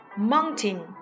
Mountain